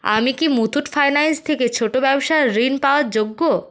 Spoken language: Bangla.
আমি কি মুথুট ফাইন্যান্স থেকে ছোট ব্যবসার ঋণ পাওয়ার যোগ্য